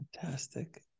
Fantastic